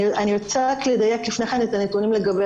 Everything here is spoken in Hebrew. אני רוצה לדייק לפני כן את הנתונים לגבי